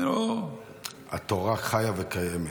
נו --- התורה חיה וקיימת.